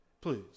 Please